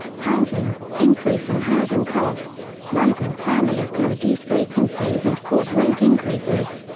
housing increase in housing costs migrant families can reduce vacancies and cause rent increases.